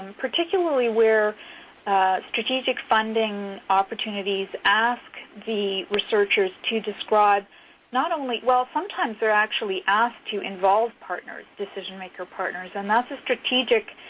um particularly where strategic funding opportunities ask the researchers to describe not only well, sometimes they are actually asked to involve partners, decision-maker partners and that's a strategic